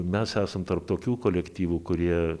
mes esam tarp tokių kolektyvų kurie